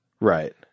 Right